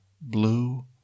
blue